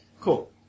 cool